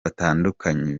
batandukanye